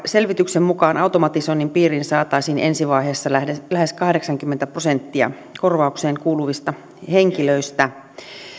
selvityksen mukaan automatisoinnin piiriin saataisiin ensivaiheessa lähes kahdeksankymmentä prosenttia korvaukseen kuuluvista henkilöistä